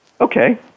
Okay